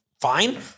fine